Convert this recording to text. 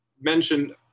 mentioned